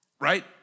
right